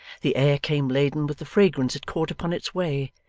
the air came laden with the fragrance it caught upon its way,